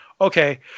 okay